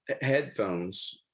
headphones